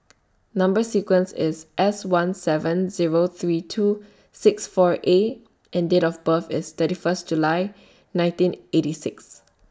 Number sequence IS S one seven Zero three two six four A and Date of birth IS thirty First July nineteen eighty six